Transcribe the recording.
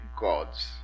gods